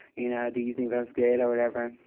you know? do you think that's good or whatever?